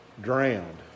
drowned